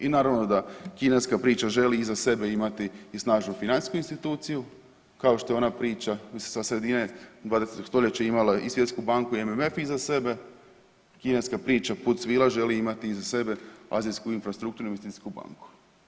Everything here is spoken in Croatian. I naravno da kineska priča želi iza sebe imati i snažnu financijsku instituciju kao što je ona priča sa sredine 20. stoljeća imala i Svjetsku banku i MMF iza sebe, kineska priča Put svila želi imati iza sebe Azijsku infrastrukturnu investicijsku banku.